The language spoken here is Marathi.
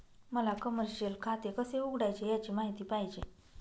मला कमर्शिअल खाते कसे उघडायचे याची माहिती पाहिजे